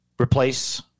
replace